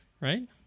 right